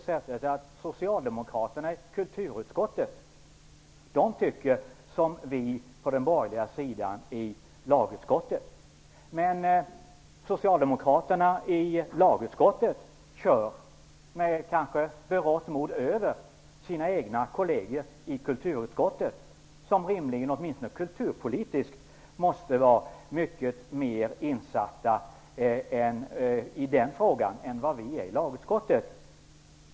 Socialdemokraterna i kulturutskottet tycker som vi på den borgerliga sidan i lagutskottet, men socialdemokraterna i lagutskottet kör, kanske med berått mod, över sina egna kolleger i kulturutskottet som rimligen, åtminstone kulturpolitiskt, måste vara mycket mer insatta i den frågan än vad vi i lagutskottet är.